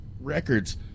Records